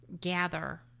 gather